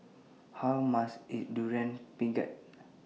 How much IS Durian Pengat